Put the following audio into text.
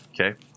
Okay